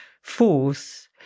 force